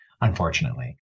unfortunately